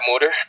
motor